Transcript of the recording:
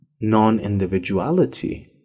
Non-individuality